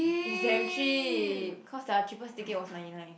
it's damn cheap cause their cheapest ticket was ninety nine